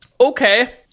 Okay